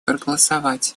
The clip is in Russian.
проголосовать